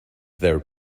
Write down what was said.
their